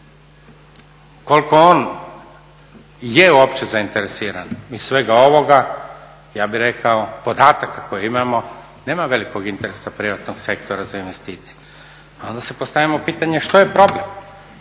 Koliko on je uopće zainteresiran, iz svega ovoga ja bih rekao podatak koji imamo, nema velikog interesa privatnog sektora za investicije. Onda si postavimo pitanje što je problem.